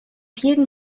jeden